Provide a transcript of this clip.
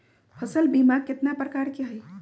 फसल बीमा कतना प्रकार के हई?